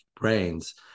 brains